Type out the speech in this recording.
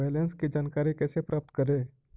Balance की जानकारी कैसे प्राप्त करे?